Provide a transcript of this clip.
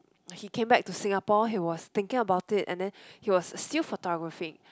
he came back to Singapore he was thinking about it and then he was still photographing